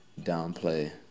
downplay